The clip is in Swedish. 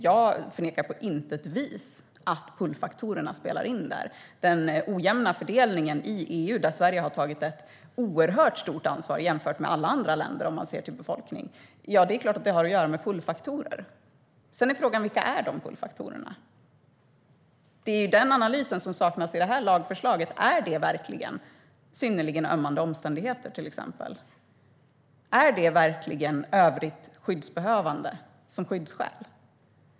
Jag förnekar på intet vis att pull-faktorerna spelar in där. Det är klart att den ojämna fördelningen i EU, där Sverige har tagit ett oerhört stort ansvar jämfört med alla andra länder sett till befolkningen, har att göra med pull-faktorer. Frågan är vilka dessa faktorer är. Det är denna analys som saknas i lagförslaget. Är det till exempel synnerligen ömmande omständigheter? Är det verkligen övrigt skyddsbehövande, som skyddsskäl?